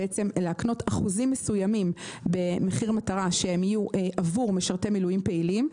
להקנות אחוזים מסוימים במחיר מטרה שהם יהיו עבור משרתי מילואים פעילים.